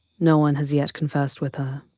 no one has yet conversed with her.